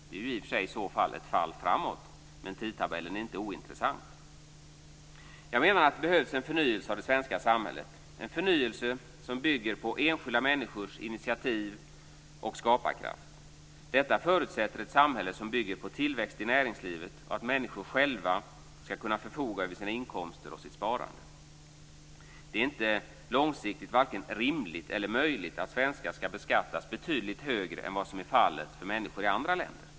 Det är i och för sig i så fall ett fall framåt, men tidtabellen är inte ointressant. Jag menar att det behövs en förnyelse av det svenska samhället - en förnyelse som bygger på enskilda människors initiativ och skaparkraft. Detta förutsätter ett samhälle som bygger på tillväxt i näringslivet och att människor själva skall kunna förfoga över sina inkomster och sitt sparande. Det är långsiktigt varken rimligt eller möjligt att svenskar skall beskattas betydligt högre än vad som är fallet för människor i andra länder.